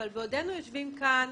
אבל בעודנו יושבים כאן